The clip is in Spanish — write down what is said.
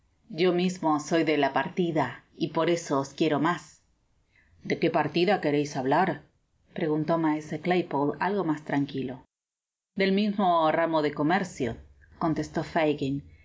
paquetesyo mismo soy de la partida y por eso os quiero mas de qué partida queréis hablar preguntó maese claypole algo mas tranquilo del mismo ramo de comercio contestó fagin